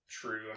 true